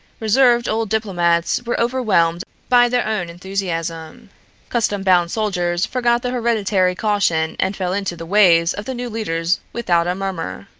reserved old diplomats were overwhelmed by their own enthusiasm custom-bound soldiers forgot the hereditary caution and fell into the ways of the new leaders without a murmur.